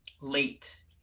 late